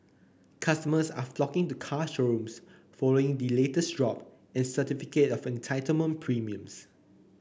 customers are flocking to car showrooms following the latest drop in certificate of entitlement premiums